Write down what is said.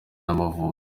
n’amavubi